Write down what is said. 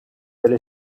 allée